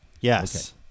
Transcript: Yes